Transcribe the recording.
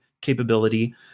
capability